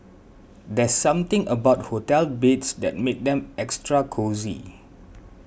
there's something about hotel beds that makes them extra cosy